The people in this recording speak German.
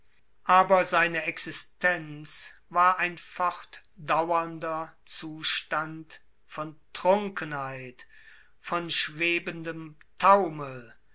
aber seine existenz war ein fortdauernder zustand von trunkenheit von schwebendem taumel